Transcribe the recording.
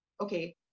okay